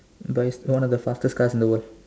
but it's one of the fastest cars in the world